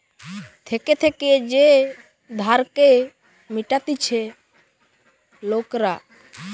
থেকে থেকে যে ধারকে মিটতিছে লোকরা